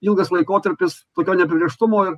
ilgas laikotarpis tokio neapibrėžtumo ir